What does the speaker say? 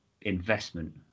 investment